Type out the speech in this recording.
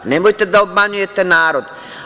Nemojte da obmanjujete narod.